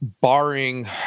barring